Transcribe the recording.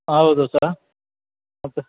ಹೌದು sir okay